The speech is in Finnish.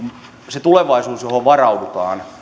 se tulevaisuus johon varaudutaan